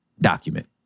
document